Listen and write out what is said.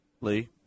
Lee